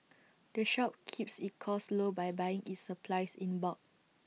the shop keeps its costs low by buying its supplies in bulk